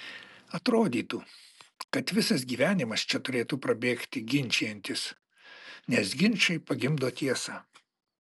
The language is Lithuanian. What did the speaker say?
atrodytų kad visas gyvenimas čia turėtų prabėgti ginčijantis nes ginčai pagimdo tiesą